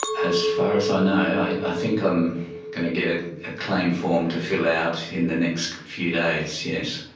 as far as i ah know, i think i'm going to get a ah claim form to fill out in the next few days, yes.